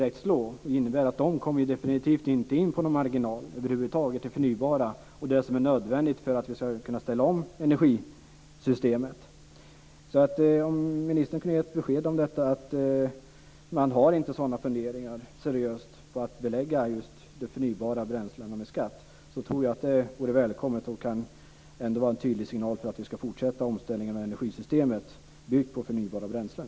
Annars skulle det innebära att det förnybara och det som är nödvändigt för att vi ska kunna ställa om energisystemet definitivt inte kommer in på någon marginal över huvud taget. Om ministern kunde ge ett besked om att man inte har seriösa funderingar på att belägga just de förnybara bränslena med skatt, tror jag att det vore välkommet och en tydlig signal om att vi ska fortsätta omställningarna till ett energisystem som bygger på förnybara bränslen.